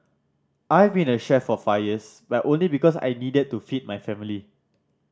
I've been a chef for five years but only because I needed to feed my family